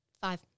Five